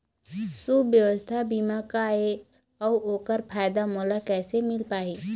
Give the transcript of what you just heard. सुवास्थ बीमा का ए अउ ओकर फायदा मोला कैसे मिल पाही?